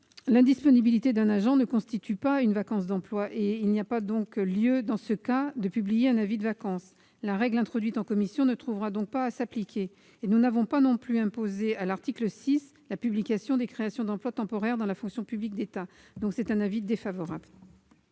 L'indisponibilité d'un agent ne constitue pas une vacance d'emploi. Il n'y a donc pas lieu, dans ce cas, de publier un avis de vacance. La règle introduite en commission ne trouvera donc pas à s'appliquer. Nous n'avons pas non plus imposé, à l'article 6, la publication des créations d'emplois temporaires dans la fonction publique de l'État. L'avis est donc défavorable.